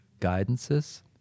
guidances